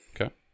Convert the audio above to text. Okay